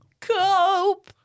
Cope